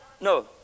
no